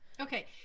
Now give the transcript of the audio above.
Okay